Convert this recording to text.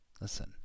Listen